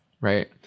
Right